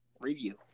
review